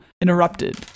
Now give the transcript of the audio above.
interrupted